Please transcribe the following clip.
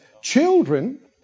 Children